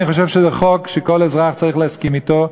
אני חושב שזה חוק שכל אזרח צריך להסכים אתו,